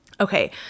Okay